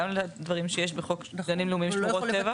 גם לדברים שיש בחוק הגנים לאומיים ושמורות טבע.